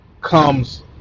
comes